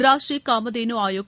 Rashtriya Kamdhenu Aayog